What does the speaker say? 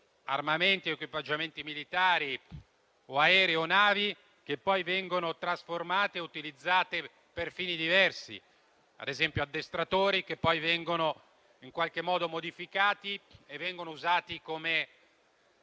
armamenti, equipaggiamenti militari o aerei o navi, che poi vengono trasformate e utilizzate per fini diversi. Ad esempio addestratori che poi vengono in qualche modo modificati e usati come